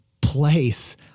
place